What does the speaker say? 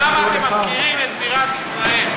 למה אתם מפקירים את בירת ישראל?